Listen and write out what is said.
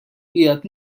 qiegħed